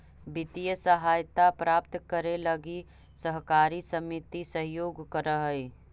वित्तीय सहायता प्राप्त करे लगी सहकारी समिति सहयोग करऽ हइ